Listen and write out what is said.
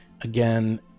Again